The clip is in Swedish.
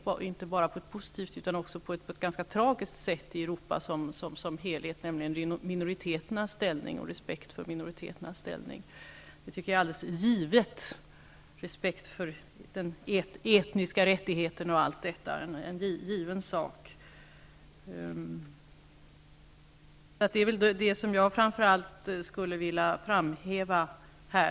Det sker inte bara på ett positivt sätt utan även på ett ganska tragiskt sätt i Europa som helhet. Respekten för de etniska rättigheterna osv. tycker jag är en given sak. Detta skulle jag vilja framhäva här.